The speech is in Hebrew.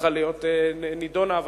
צריכה להיות נדונה מלכתחילה,